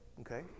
okay